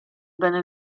bene